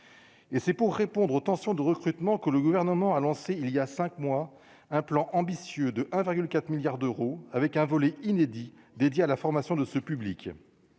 Et c'est pour répondre aux tensions de recrutement que le gouvernement a lancé il y a 5 mois, un plan ambitieux de 1,4 milliards d'euros avec un volet inédit dédié à la formation de ce public